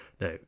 Now